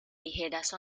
ligeras